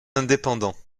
indépendants